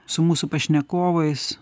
su mūsų pašnekovais